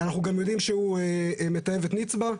אנחנו יודעים שהוא גם מתעב את נצבא,